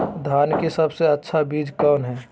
धान की सबसे अच्छा बीज कौन है?